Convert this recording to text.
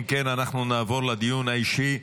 אם כן אנחנו נעבור לדיון האישי.